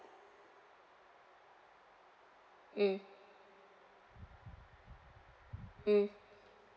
mm mm